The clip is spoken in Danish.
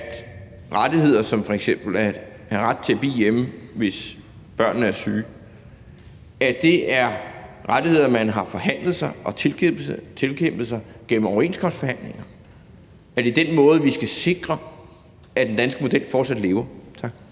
at rettigheder som f.eks. at have ret til at blive hjemme, hvis børnene er syge, er rettigheder, man har forhandlet og tilkæmpet sig gennem overenskomstforhandlinger, og at det er på den måde, vi skal sikre, at den danske model fortsat lever? Tak.